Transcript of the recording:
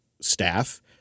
staff